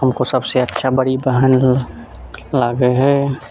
हमको सबसे अच्छा बड़ी बहन लागै है